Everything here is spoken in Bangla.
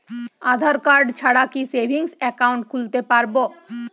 আধারকার্ড ছাড়া কি সেভিংস একাউন্ট খুলতে পারব?